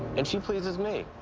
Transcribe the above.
and she pleases me.